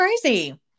crazy